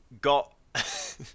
got